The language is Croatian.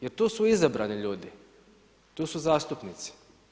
Jer tu su izabrani ljudi, tu su zastupnici.